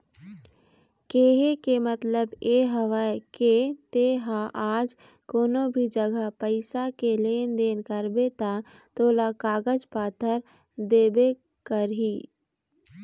केहे के मतलब ये हवय के ते हा आज कोनो भी जघा पइसा के लेन देन करबे ता तोला कागज पतर देबे करही